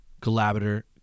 collaborator